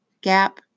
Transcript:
gap